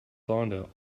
vonda